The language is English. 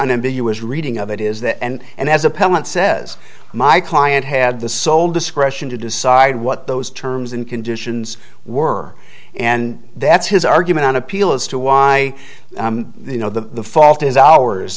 unambiguous reading of it is that and and as appellant says my client had the sole discretion to decide what those terms and conditions were and that's his argument on appeal as to why you know the fault is ours